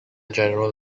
general